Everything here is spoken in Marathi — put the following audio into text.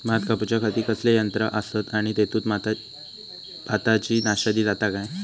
भात कापूच्या खाती कसले यांत्रा आसत आणि तेतुत भाताची नाशादी जाता काय?